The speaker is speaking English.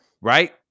Right